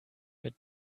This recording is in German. mit